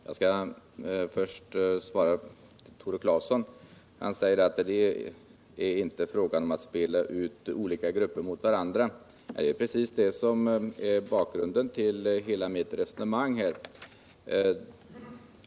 Herr talman! Jag skall först svara Tore Claeson. Han säger att det är inte fråga om att spela ut olika grupper mot varandra. Nej, det är precis det som är bakgrunden till hela mitt resonemang här.